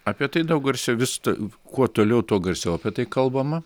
apie tai daug garsiau vis kuo toliau tuo garsiau apie tai kalbama